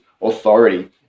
authority